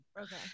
Okay